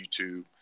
YouTube